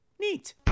Neat